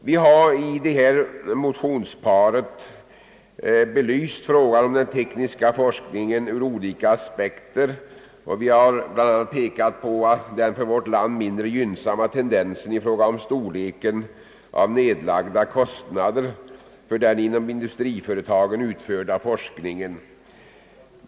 Vi har i detta motionspar belyst frågan om den tekniska forskningen ur olika aspekter och bl.a. pekat på den för vårt land mindre gynnsamma tendensen i fråga om storleken av nedlagda kostnader för den forskning som bedrives inom industriföretagen.